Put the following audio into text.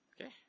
Okay